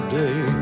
day